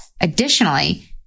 Additionally